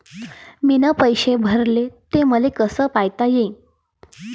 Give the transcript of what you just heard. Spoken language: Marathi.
मीन पैसे भरले, ते मले कसे पायता येईन?